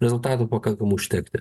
rezultatų pakankamai užtekti